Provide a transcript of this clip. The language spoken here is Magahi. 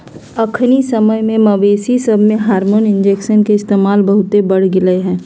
अखनिके समय में मवेशिय सभमें हार्मोन इंजेक्शन के इस्तेमाल बहुते बढ़ गेलइ ह